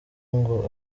ngo